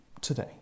today